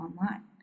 online